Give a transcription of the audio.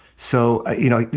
so, you know,